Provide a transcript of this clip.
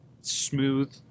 smooth